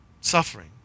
suffering